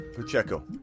Pacheco